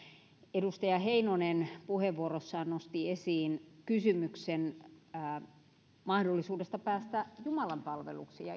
edustaja heinonen puheenvuorossaan nosti esiin kysymyksen mahdollisuudesta päästä jumalanpalveluksiin ja